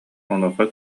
онуоха